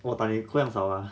我把你 cramp liao lah